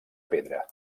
pedra